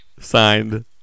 Signed